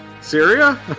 Syria